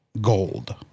gold